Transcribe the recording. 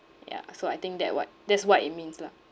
ya so I think that what that's what it means lah